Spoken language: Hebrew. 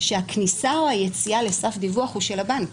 כשהכניסה או היציאה לסף דיווח הוא של הבנק,